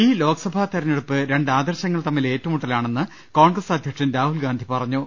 ഈ ലോക്സഭാ തെരഞ്ഞെടുപ്പ് രണ്ട് ആദർശങ്ങൾ തമ്മിലെ ഏറ്റുമുട്ടലാണെന്ന് കോൺഗ്രസ് അധ്യക്ഷൻ രാഹുൽ ഗാന്ധി പറ ഞ്ഞു